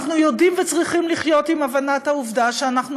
אנחנו יודעים וצריכים לחיות עם הבנת העובדה שאנחנו